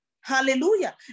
hallelujah